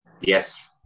Yes